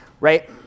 right